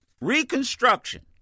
Reconstruction